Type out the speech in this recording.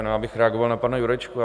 Já bych reagoval na pana Jurečku.